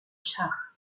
schach